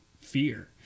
fear